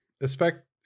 expect